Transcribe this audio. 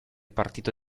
partito